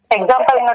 Example